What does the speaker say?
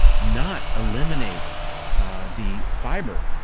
not eliminate the fiber,